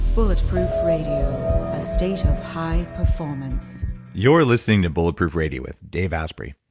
bulletproof radio. a state of high performance you're listening to bulletproof radio with dave asprey.